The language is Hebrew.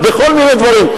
בכל מיני דברים.